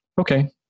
okay